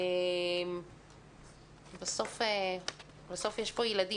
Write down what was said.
בסוף יש פה ילדים.